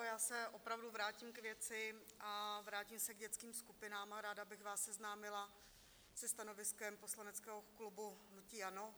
Já se opravdu vrátím k věci, vrátím se k dětským skupinám a ráda bych vás seznámila se stanoviskem poslaneckého klubu hnutí ANO.